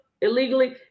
illegally